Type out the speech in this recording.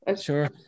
sure